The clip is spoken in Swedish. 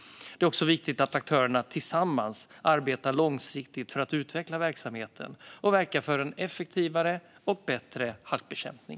Det är också viktigt att aktörerna tillsammans arbetar långsiktigt för att utveckla verksamheten och verka för en effektivare och bättre halkbekämpning.